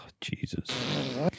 Jesus